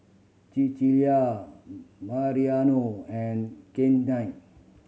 Cecelia Mariano and Kennith